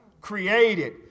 created